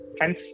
hence